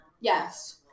Yes